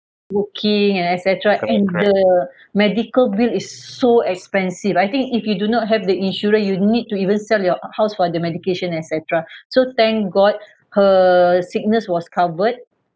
working and etcetera and the medical bill is so expensive I think if you do not have the insurance you need to even sell your house for the medication etcetera so thank god her sickness was covered